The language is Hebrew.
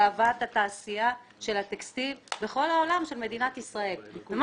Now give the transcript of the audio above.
גאוות התעשייה של הטקסטיל במדינת ישראל בכל העולם.